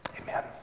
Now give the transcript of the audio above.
Amen